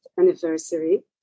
anniversary